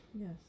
Yes